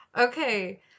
Okay